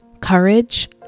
courage